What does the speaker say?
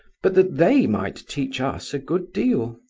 but that they might teach us a good deal.